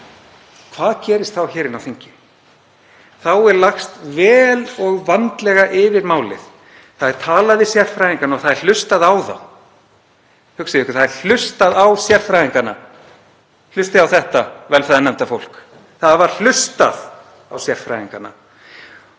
Hvað gerist þá hér inni á þingi? Þá er lagst vel og vandlega yfir málið, það er talað við sérfræðingana og það er hlustað á þá. Hugsið ykkur, það er hlustað á sérfræðingana. Hlustið á þetta, velferðarnefndarfólk: Það var hlustað á sérfræðingana.